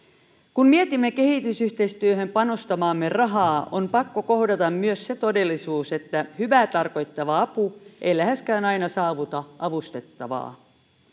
kun mietimme kehitysyhteistyöhön panostamaamme rahaa on pakko kohdata myös se todellisuus että hyvää tarkoittava apu ei läheskään aina saavuta avustettavaa